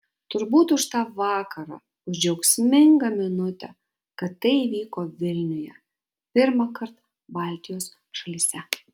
turbūt už tą vakarą už džiaugsmingą minutę kad tai įvyko vilniuje pirmąkart baltijos šalyse